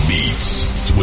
Beats